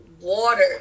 water